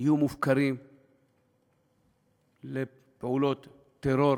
יהיו מופקרים לפעולות טרור